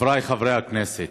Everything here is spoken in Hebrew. חבריי חברי הכנסת,